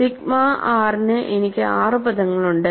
sigma r ന് എനിക്ക് ആറ് പദങ്ങളുണ്ട്